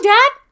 Dad